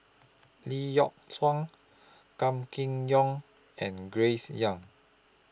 Lee Yock Suan Gan Kim Yong and Grace Young